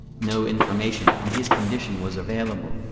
no information on his condition was available,